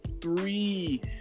three